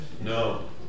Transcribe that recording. No